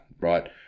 right